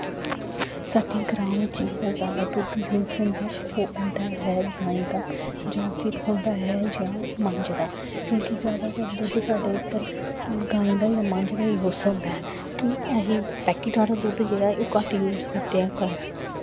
साढ़े ग्रांऽ बिच्च जेह्ड़ा जादा दुद्ध य़ूस होंदा ऐ ओह् होंदा ऐ गायें दा जां फिर होंदा ऐ जां मंज दा क्योंकि जादा अगर दुद्ध साढ़े इद्धर गायें दा जां मंज दा यूस होंदा ऐ क्योंकि अहीं पैकट आह्ला दुद्ध जेह्ड़ा ऐ ओह् घट्ट य़ूस करदे आं घर